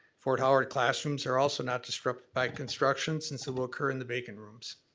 fort howard classrooms are also not disrupted by construction since it will occur in the vacant rooms.